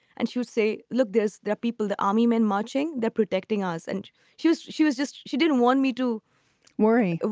and she would say, look, this the people, the army men marching, they're protecting us. and she was she was just she didn't want me to worry.